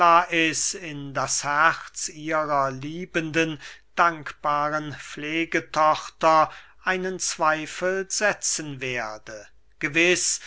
lais in das herz ihrer liebenden dankbaren pflegetochter einen zweifel setzen werde gewiß